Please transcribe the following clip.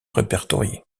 répertoriés